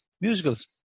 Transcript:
musicals